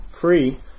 free